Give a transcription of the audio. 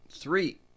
Three